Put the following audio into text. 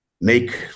make